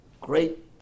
Great